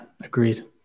agreed